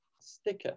sticker